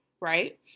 Right